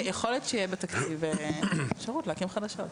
יכול להיות שתהיה בתקציב אפשרות להקים חדשות.